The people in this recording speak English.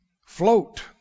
float